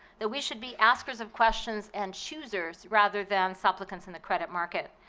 that we should be askers of questions and choosers rather than supplicants in the credit market.